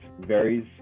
varies